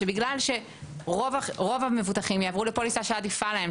שבגלל שרוב המבוטחים יעברו לפוליסה שעדיפה להם,